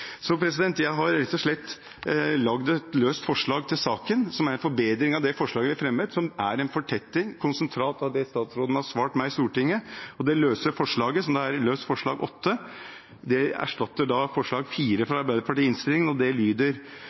jeg har rett og slett lagd et såkalt løst forslag til saken som er en forbedring av det forslaget jeg fremmet, som er en fortetting – et konsentrat – av det statsråden har svart meg i Stortinget. Dette forslaget, forslag nr. 8, erstatter da forslag nr. 4 fra Arbeiderpartiet i innstillingen. Forslag nr. 8 lyder: